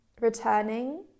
returning